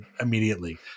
immediately